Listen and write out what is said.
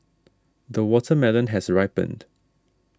the watermelon has ripened